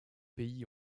pays